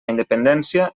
independència